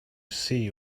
see